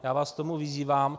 Já vás k tomu vyzývám.